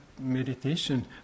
Meditation